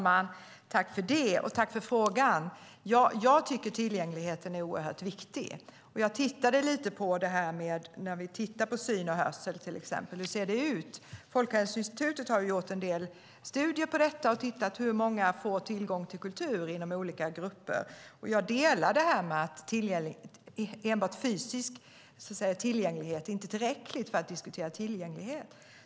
Herr talman! Jag tackar för frågan. Jag tycker att tillgängligheten är oerhört viktig. Jag tittade lite på detta med hur vi ser på syn och hörsel, till exempel - hur ser det ut? Folkhälsoinstitutet har gjort en del studier på detta och tittat på hur många som får tillgång till kultur inom olika grupper. Jag delar uppfattningen att enbart fysisk tillgänglighet inte är tillräckligt för att diskutera tillgänglighet.